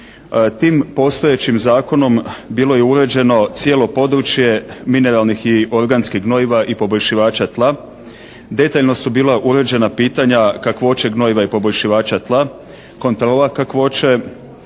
Tim postojećim zakonom bilo je uređeno cijelo područje mineralnih i organskih gnojiva i poboljšivača tla. Detaljno su bila uređena pitanja kakvoće gnojiva i poboljšivača tla, kontrola kakvoće,